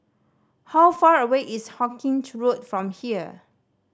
how far away is Hawkinge Road from here